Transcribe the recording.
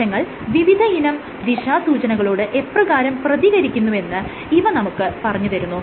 കോശങ്ങൾ വിവിധയിനം ദിശാസൂചനകളോട് എപ്രകാരം പ്രതികരിക്കുന്നുവെന്ന് ഇവ നമുക്ക് പറഞ്ഞു തരുന്നു